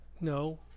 No